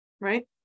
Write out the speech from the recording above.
right